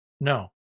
no